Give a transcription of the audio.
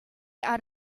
are